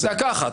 דקה אחת.